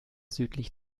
südlich